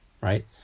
right